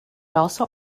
also